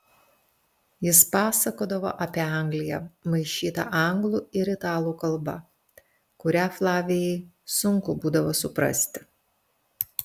jis pasakodavo apie angliją maišyta anglų ir italų kalba kurią flavijai sunku būdavo suprasti